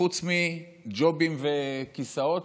חוץ מג'ובים וכיסאות,